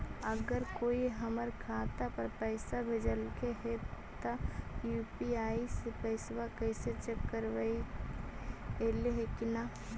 अगर कोइ हमर खाता पर पैसा भेजलके हे त यु.पी.आई से पैसबा कैसे चेक करबइ ऐले हे कि न?